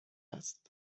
است